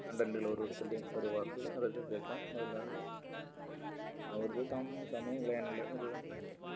കണ്ടൻറ്റുകൾ ഓരോരുത്തരുടെയും ഓരോ വാക്കുകൾ അതൊക്കെ കേൾക്കാൻ അതല്ലാതെ ആ വെറുതെ തം സമയം കളയാനുള്ള ഇതു കൊണ്ടു മാത്രം